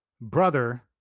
brother